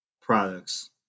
products